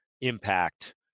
impact